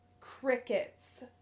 crickets